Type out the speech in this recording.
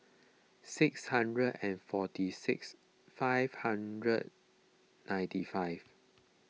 six hundred and forty six five hundred ninety five